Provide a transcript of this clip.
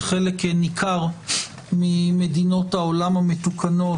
בחלק ניכר ממדינות העולם המתוקנות,